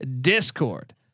discord